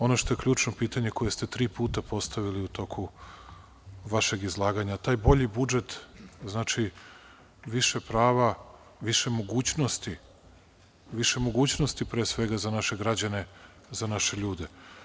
Ono što je ključno pitanje koje ste tri puta postavili u toku vašeg izlaganja, taj bolji budžet znači više prava, više mogućnosti, više mogućnosti pre svega za naše građane, za naše ljude.